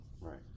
Right